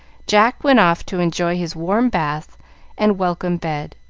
jack went off to enjoy his warm bath and welcome bed,